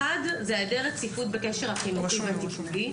אחת, היעדר רציפות בקשר החינוכי והטיפולי.